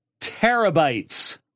terabytes